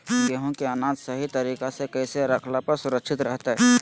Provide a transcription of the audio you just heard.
गेहूं के अनाज सही तरीका से कैसे रखला पर सुरक्षित रहतय?